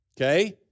okay